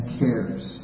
cares